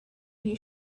you